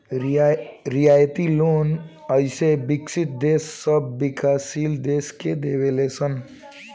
रियायती लोन अइसे विकसित देश सब विकाशील देश के देवे ले सन